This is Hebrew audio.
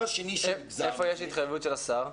איפה יש התערבות של השר?